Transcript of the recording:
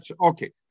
okay